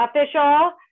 official